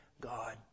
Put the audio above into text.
God